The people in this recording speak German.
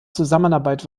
zusammenarbeit